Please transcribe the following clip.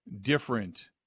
different